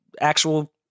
actual